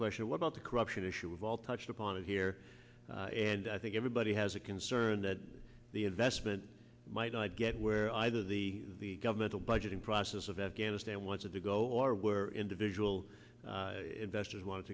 question what about the corruption issue of all touched upon here and i think everybody has a concern that the investment might not get where either the governmental budgeting process of afghanistan wanted to go or where individual investors want